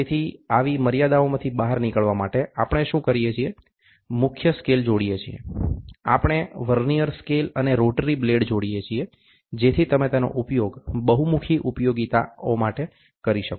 તેથી આવી મર્યાદાઓમાંથી બહાર નીકળવા માટે આપણે શું કરીએ છીએ મુખ્ય સ્કેલ જોડીએ છીએ આપણે વર્નીઅર સ્કેલ અને રોટરી બ્લેડ જોડીએ છીએ જેથી તમે તેનો ઉપયોગ બહુમુખી ઉપયોગિતાઓ માટે કરી શકો